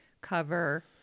cover